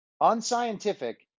unscientific